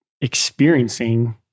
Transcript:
experiencing